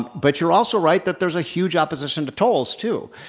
but you're also right that there's a huge opposition to tolls too.